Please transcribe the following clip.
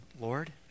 Lord